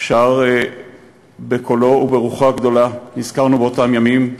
שר בקולו וברוחו הגדולה, נזכרנו באותם ימים,